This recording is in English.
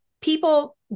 people